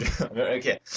Okay